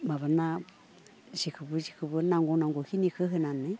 माबाना जेखौबो जेखौबो नांगौखिनिखौ होनानै